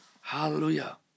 Hallelujah